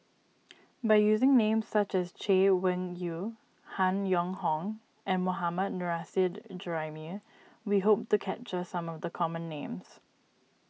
by using names such as Chay Weng Yew Han Yong Hong and Mohammad Nurrasyid Juraimi we hope to capture some of the common names